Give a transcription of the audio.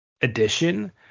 edition